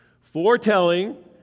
Foretelling